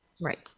Right